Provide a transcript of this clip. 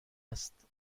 است